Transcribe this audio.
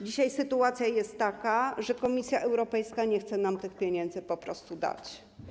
Dzisiaj sytuacja jest taka, że Komisja Europejska nie chce nam tych pieniędzy dać.